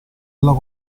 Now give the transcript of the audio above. della